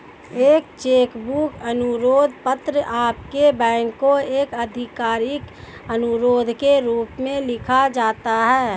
एक cheque book अनुरोध पत्र आपके बैंक को एक आधिकारिक अनुरोध के रूप में लिखा जाता है